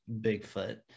Bigfoot